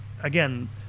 again